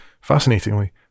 fascinatingly